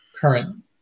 current